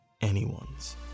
anyone's